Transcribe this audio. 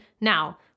Now